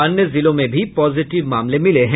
अन्य जिलों में भी पॉजिटिव मामले मिले हैं